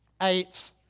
eight